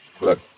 Look